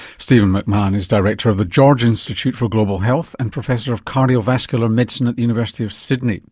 stephen macmahon is director of the george institute for global health and professor of cardiovascular medicine at the university of sydney